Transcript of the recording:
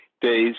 days